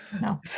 No